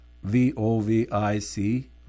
V-O-V-I-C